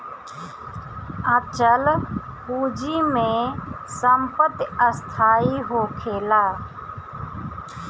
अचल पूंजी में संपत्ति स्थाई होखेला